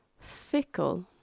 Fickle